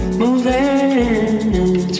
moving